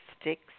sticks